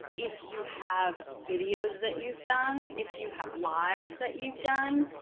if you have videos that you've done, if you have lives that you've done,